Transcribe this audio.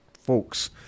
folks